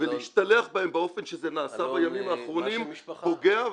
ולהשתלח בהם באופן שזה נעשה בימים האחרונים פוגע,